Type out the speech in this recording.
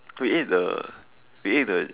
we ate the we ate the